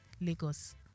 Lagos